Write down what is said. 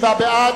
27 בעד,